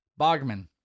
Bogman